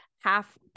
half